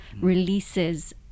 releases